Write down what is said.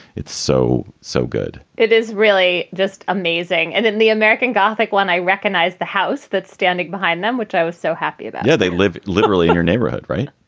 it's so, so good it is really just amazing. and then the american gothic, when i recognized the house that's standing behind them, which i was so happy about yeah. they live literally in your neighborhood, right?